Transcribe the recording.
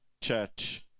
church